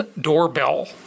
doorbell